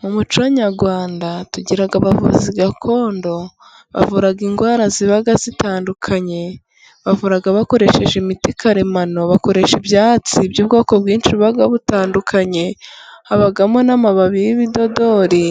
Mu muco nyarwanda tugira abavuzi gakondo, bavura indwara ziba zitandukanye, bavura bakoresheje imiti karemano bakoresha, ibyatsi by'ubwoko bwinshi buba butandukanye, habamo n'amababi y'ibidodori,